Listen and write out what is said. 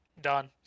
done